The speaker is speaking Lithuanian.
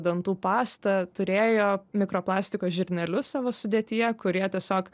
dantų pasta turėjo mikroplastiko žirnelius savo sudėtyje kurie tiesiog